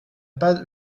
pas